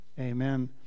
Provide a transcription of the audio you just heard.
Amen